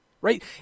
right